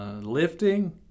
lifting